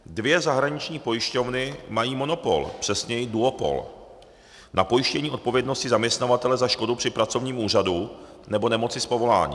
Dvě zahraniční pojišťovny mají monopol, přesněji duopol na pojištění odpovědnosti zaměstnavatele za škodu při pracovním úrazu nebo nemoci z povolání.